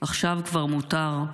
עכשיו כבר מותר,